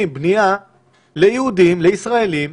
היא לא באה לעשות טוב לפלסטינים,